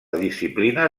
disciplina